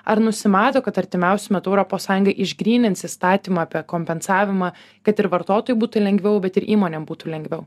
ar nusimato kad artimiausiu metu europos sąjunga išgrynins įstatymą apie kompensavimą kad ir vartotojui būtų lengviau bet ir įmonėm būtų lengviau